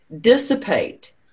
dissipate